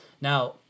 now